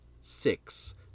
six